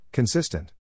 Consistent